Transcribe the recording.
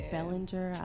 Bellinger